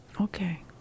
Okay